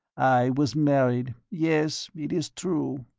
i was married. yes, it is true.